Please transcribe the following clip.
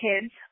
kids